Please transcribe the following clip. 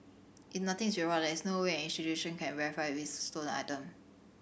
if nothing is there is no way an institution can verify if it is a stolen item